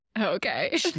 okay